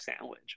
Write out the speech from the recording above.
sandwich